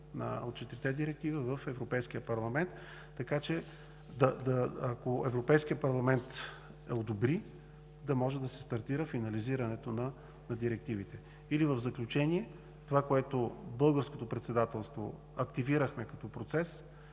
от четирите директиви в Европейския парламент, така че ако Европейският парламент го одобри, да може да се стартира финализирането на директивите. В заключение, това, което в Българското председателство активирахме като процес,